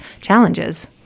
challenges